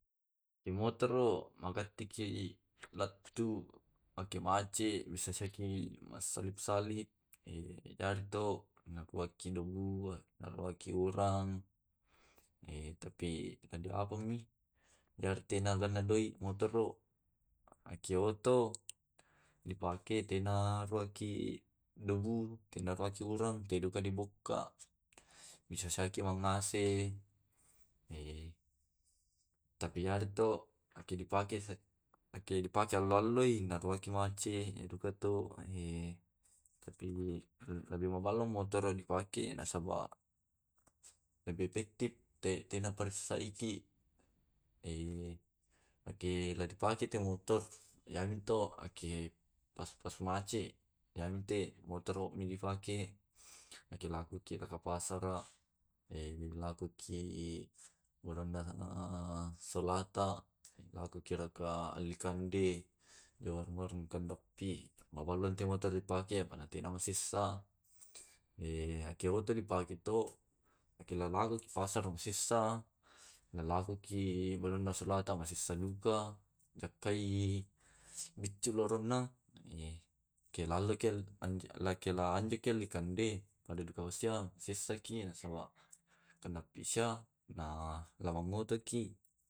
Yake motoro magattiki lattu pake mace, bisasa tui masalip salip yare to na ku akkido iyyakiorang, tapi tadi apami iyarettana ganna doi motoro. Yaki oto dipake tena naruaki debu, tena kenalki urang, tedi duka di bokka. Mesasaiki mangase, tapi are to ake dipake ake dipakei allo alloi nakuetki macet den duga to tapi lebih maballo motoro di pake nasaba lebih epektip tena paressaiki. Yake la pakeki tu motor iya mi to akke pas pas macet iyamute motoromi dipake eki lakuki lao dipasara, lakuki balanna solata, lakuki raka belli kande, lakuki warong warong kandappi. Mawallo ntu motoro di pake pa tena ma sessa. Yake oto di pake to, ake lao laoki pasar masessa, labeki di buruonna solata masessa duga. Yakkai biccu loronna ke lallekki lako anjoki lao alli kande pada duka makasiang masessaki nasaba kanapisia na lamangotoki.